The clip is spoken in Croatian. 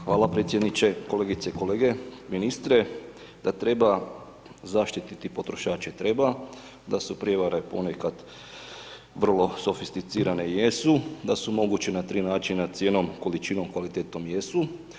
Hvala predsjedniče, kolegice i kolege, ministre, da treba zaštiti potrošače, treba, da su prijevare ponekad vrlo sofisticirane, jesu, da su mogući na tri načina cijenom, količinom, kvalitetom, jesu.